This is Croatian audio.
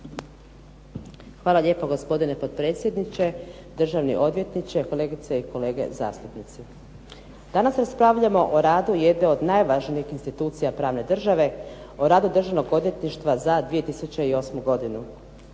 Hvala lijepo. Gospodine potpredsjedniče, državni odvjetniče, kolegice i kolege zastupnici. Danas raspravljamo o radu jedne od najvažnijih institucija pravne države, o radu Državnog odvjetništva za 2008. godinu.